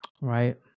right